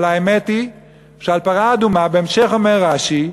אבל האמת היא שעל פרה אדומה בהמשך אומר רש"י: